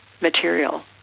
material